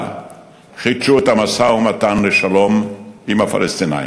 חידשו את המשא-ומתן לשלום עם הפלסטינים.